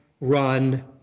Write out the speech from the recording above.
run